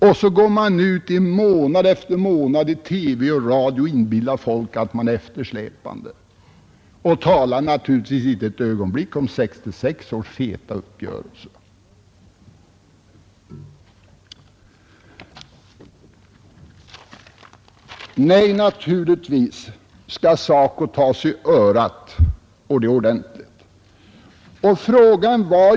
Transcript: Och då går man i månad efter månad ut i radio och TV och inbillar folk att man släpar efter och talar inte ett ögonblick om 1966 års feta uppgörelse. Nej, naturligtvis skall SACO tas i örat, och det ordentligt!